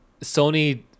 Sony